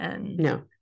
No